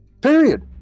period